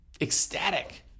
ecstatic